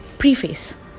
Preface